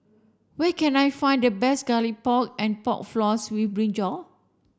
where can I find the best garlic pork and pork floss with Brinjal